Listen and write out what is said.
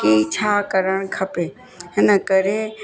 कि छा करणु खपे हिन करे